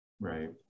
Right